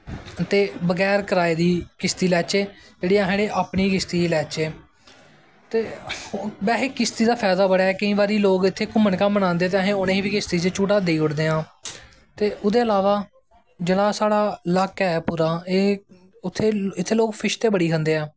ते बगैर कराए दी किश्ती लैच्चे जेह्ड़ी अस अपनी किश्ती गी लैचै ते बैसे किश्ती दा फैदा बड़ा ऐ केईं बारी लोग इत्थें घूमन घामन आंदे ते असें उ'नेंगी बी किश्ती च झूटा देई ओड़दे आं ते ओह्दे अलावा जेह्ड़ा साढ़ा इलाका ऐ पूरा एह् उत्थै इत्थें लोग फिश ते बड़ी खंदे ऐं